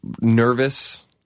Nervous